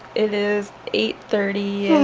it is eight thirty and